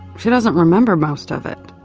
she doesn't remember most of it,